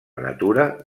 natura